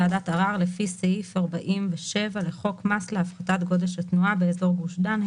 ועדת ערר לפי סעיף 47 לחוק מס להפחתת גודש התנועה באזור גוש דן,